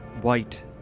white